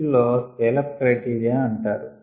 వీటిల్ని scale up criteria అంటారు